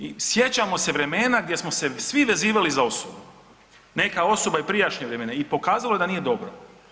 I sjećamo se vremena gdje smo se svi vezivali za osobu, neka osoba i prijašnja vremena i pokazalo je da nije dobro.